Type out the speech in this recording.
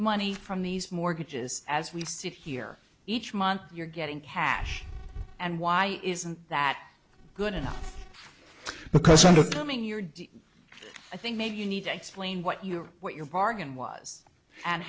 money from these mortgages as we sit here each month you're getting cash and why isn't that good enough because in the coming year do i think maybe you need to explain what you are what your bargain was and